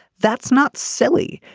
that's not silly.